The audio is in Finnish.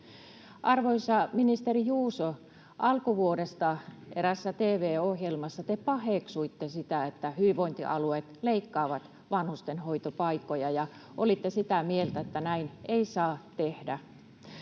Arvoisa ministeri Juuso, alkuvuodesta eräässä tv-ohjelmassa te paheksuitte sitä, että hyvinvointialueet leikkaavat vanhusten hoitopaikkoja ja olitte sitä mieltä, että näin ei saa tehdä.